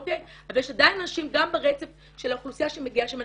אבל יש עדיין אנשים גם ברצף של האוכלוסייה שמגיעה שהם